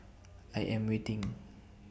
I Am waiting